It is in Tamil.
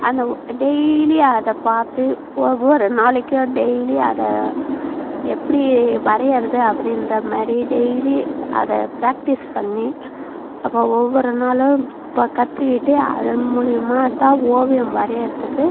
அந்த டெய்லி அதை பார்த்து ஒவ்வொரு நாளைக்கு டெய்லி அதை எப்படி வரையுறது அப்படின்றமாதிரி டெய்லி அதை ப்ராக்டிஸ் பண்ணி அப்போ ஒவ்வொரு நாளும் பா கற்றுக்கிட்டு அதன் மூலிமா தான் ஓவியம் வரையிறதுக்கு